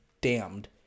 damned